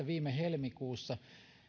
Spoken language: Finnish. viime helmikuussa